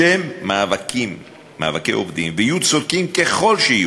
בשל מאבקי עובדים, ויהיו צודקים ככל שיהיו,